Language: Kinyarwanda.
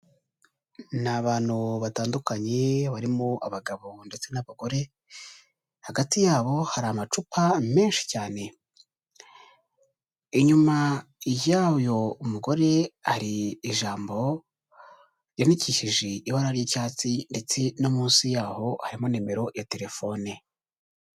Ni abantu batandukanye barimo abagabo ndetse n'abagore, hagati yabo hari amacupa menshi cyane, inyuma yayo umugore hari ijambo ryandikishije ibara ry'icyatsi ndetse no munsi yaho harimo nimero ya telefone.